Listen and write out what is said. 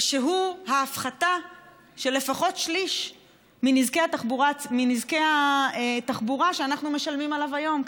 שהוא מההפחתה של לפחות שליש מנזקי התחבורה שאנחנו משלמים עליהם היום,